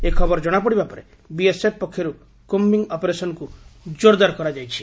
ଏହି ଖବର ଜଶାପଡ଼ିବା ପରେ ବିଏସଏଫ ପକ୍ଷରୁ କୁମ୍ଧିଂ ଅପରେସନକୁ ଜୋରଦାର କରାଯାଇଛି